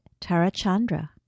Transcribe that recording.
Tarachandra